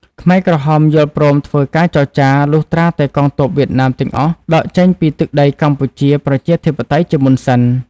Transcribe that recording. ខ្មែរក្រហមយល់ព្រមធ្វើការចរចា លុះត្រាតែកងទ័ពវៀតណាមទាំងអស់ដកចេញពីទឹកដីកម្ពុជាប្រជាធិបតេយ្យជាមុនសិន។